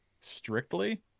strictly